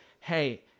hey